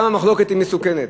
כמה מחלוקת היא מסוכנת,